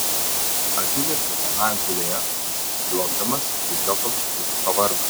akimirką tenai gulėjo nes sliuogdamas vis dėlto truputį pavargo